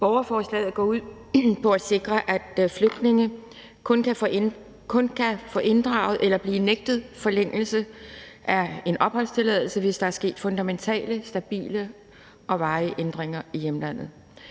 Borgerforslaget går ud på at sikre, at flygtninge kun kan få inddraget eller blive nægtet forlængelse af en opholdstilladelse, hvis der er sket fundamentale, stabile og varige ændringer i hjemlandet.